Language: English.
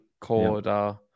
Corda